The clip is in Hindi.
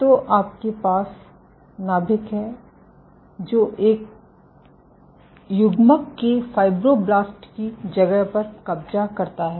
तो आपके पास नाभिक है जो एक युग्मक के फाइब्रोब्लास्ट की जगह पर कब्जा करता है